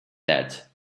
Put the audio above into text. that